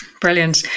Brilliant